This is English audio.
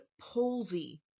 palsy